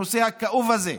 הנושא הכאוב הזה,